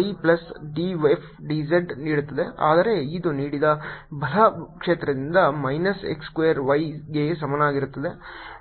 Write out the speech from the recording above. y plus d f d z ನೀಡುತ್ತದೆ ಆದರೆ ಇದು ನೀಡಿದ ಬಲ ಕ್ಷೇತ್ರದಿಂದ ಮೈನಸ್ x ಸ್ಕ್ವೇರ್ y ಗೆ ಸಮಾನವಾಗಿರುತ್ತದೆ